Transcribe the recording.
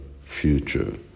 future